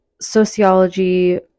sociology